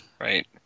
Right